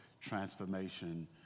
transformation